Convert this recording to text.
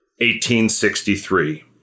1863